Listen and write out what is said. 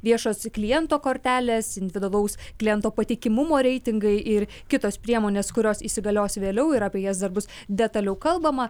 viešos kliento kortelės individualaus kliento patikimumo reitingai ir kitos priemonės kurios įsigalios vėliau ir apie jas dar bus detaliau kalbama